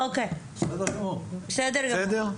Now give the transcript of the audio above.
אוקיי, בסדר גמור.